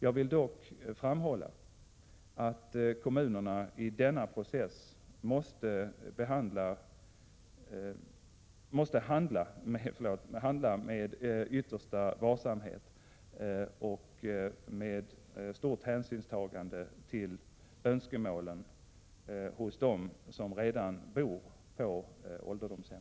Jag vill dock framhålla att kommunerna i denna process måste handla med yttersta varsamhet och med stort hänsynstagande till önskemålen hos dem som redan bor på ålderdomshem.